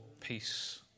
Peace